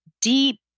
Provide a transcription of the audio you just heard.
deep